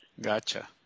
gotcha